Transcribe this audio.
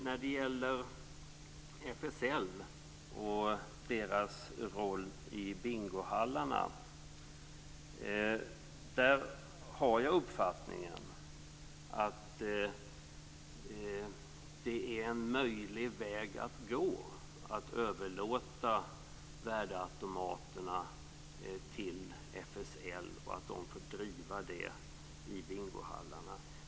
När det gäller FSL och dess roll i bingohallarna har jag den uppfattningen att det är en möjlig väg att gå, att överlåta värdeautomaterna till FSL och att organisationen får driva denna verksamhet i bingohallarna.